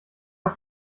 auf